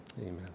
amen